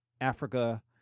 Africa